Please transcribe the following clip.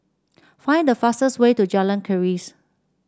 find the fastest way to Jalan Keris